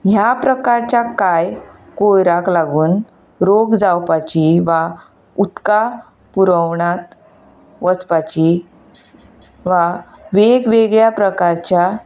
ह्या प्रकारच्या कांय कयराक लागून रोग जावपाची वा उदका पुरवणांत वचपाची वा वेग वेगळ्या प्रकारच्या